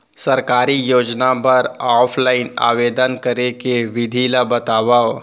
सरकारी योजना बर ऑफलाइन आवेदन करे के विधि ला बतावव